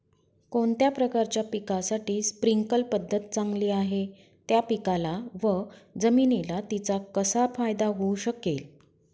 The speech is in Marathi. कोणत्या प्रकारच्या पिकासाठी स्प्रिंकल पद्धत चांगली आहे? त्या पिकाला व जमिनीला तिचा कसा फायदा होऊ शकेल?